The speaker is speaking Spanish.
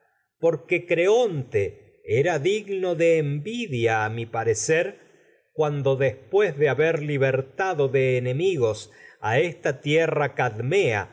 porque creonte mi era digno de envidia a parecer a cuando después de haber libertado de tierra cadmea